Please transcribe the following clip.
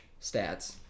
stats